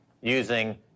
using